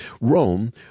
Rome